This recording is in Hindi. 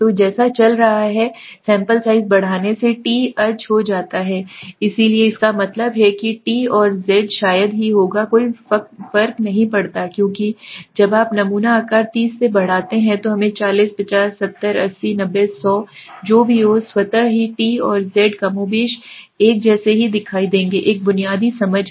तो जैसा चल रहा है सैंपल साइज़ बढ़ाने से t अज़ हो जाता है इसलिए इसका मतलब है कि t और z शायद ही होगा कोई फर्क नहीं पड़ता क्योंकि जब आप नमूना आकार 30 से बढ़ाते हैं तो हमें 40 50 70 80 90 100 जो भी हो स्वतः ही t और z कमोबेश एक जैसे ही दिखाई देंगे एक बुनियादी समझ है